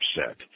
upset